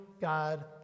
God